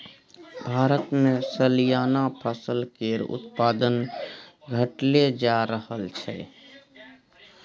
भारतमे सलियाना फसल केर उत्पादन घटले जा रहल छै